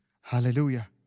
Hallelujah